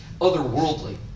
otherworldly